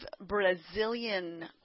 Brazilian